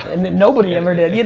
and then nobody ever did, you know,